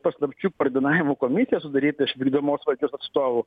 paslapčių koordinavimo komisija sudaryta iš vykdomosios valdžios atstovų